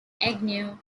agnew